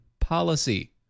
policy